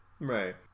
Right